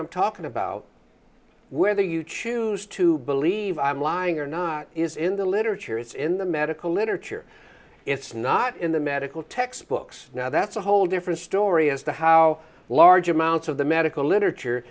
i'm talking about whether you choose to believe i'm lying or not is in the literature it's in the medical literature it's not in the medical textbooks now that's a whole different story as to how large amounts of the medical literature